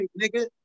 nigga